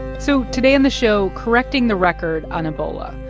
so today on the show correcting the record on ebola,